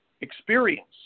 experience